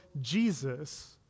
Jesus